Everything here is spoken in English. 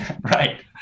Right